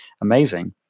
amazing